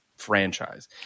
franchise